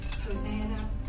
Hosanna